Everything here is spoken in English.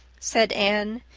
said anne,